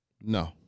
No